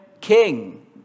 king